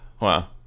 Wow